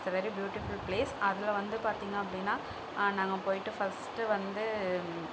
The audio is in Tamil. is the very beautiful place அதில் வந்து பார்த்தீங்க அப்படினா நாங்கள் போயிட்டு ஃபர்ஸ்ட்டு வந்து